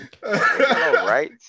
right